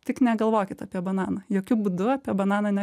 tik negalvokit apie bananą jokiu būdu apie bananą ne